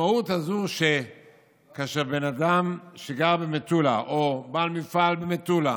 המשמעות היא שכאשר בן אדם שגר במטולה או בעל מפעל במטולה,